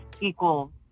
equal